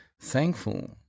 thankful